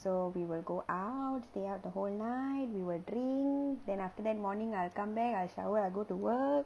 so we will go out stay out the whole night we will drink then after that morning I'll come back I'll shower I go to work